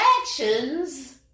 actions